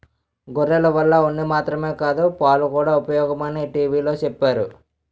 గొర్రెల వల్ల ఉన్ని మాత్రమే కాదు పాలుకూడా ఉపయోగమని టీ.వి లో చెప్పేరు